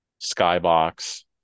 skybox